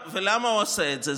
ולמה הוא עושה את זה?